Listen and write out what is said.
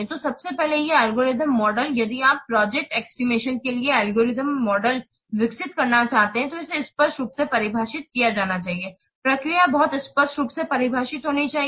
तो सबसे पहले यह एल्गोरिथम मॉडल यदि आप प्रोजेक्ट एस्टिमेशन के लिए एक एल्गोरिथम मॉडल विकसित करना चाहते हैं तो इसे स्पष्ट रूप से परिभाषित किया जाना चाहिए प्रक्रिया बहुत स्पष्ट रूप से परिभाषित होनी चाहिए